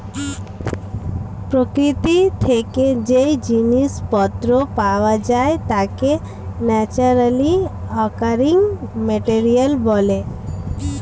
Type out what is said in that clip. প্রকৃতি থেকে যেই জিনিস পত্র পাওয়া যায় তাকে ন্যাচারালি অকারিং মেটেরিয়াল বলে